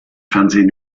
fernsehen